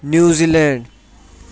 New Zealand